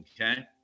Okay